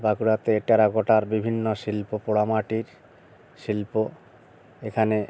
বাঁকুড়াতে টেরাকোটার বিভিন্ন শিল্প পোড়ামাটির শিল্প এখানে